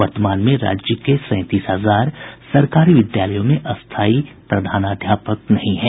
वर्तमान में राज्य के सैंतीस हजार सरकारी विद्यालयों में स्थायी प्रधानाध्यापक नहीं हैं